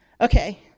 Okay